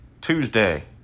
Tuesday